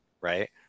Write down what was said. right